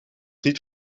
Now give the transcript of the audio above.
niet